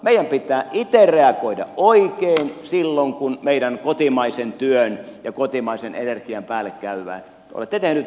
meidän pitää itse reagoida oikein silloin kun meidän kotimaisen työn ja kotimaisen energian päälle käydään